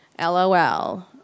LOL